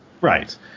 right